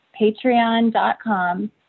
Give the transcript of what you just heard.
patreon.com